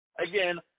Again